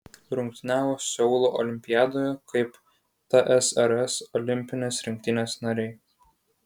rungtyniavo seulo olimpiadoje kaip tsrs olimpinės rinktinės nariai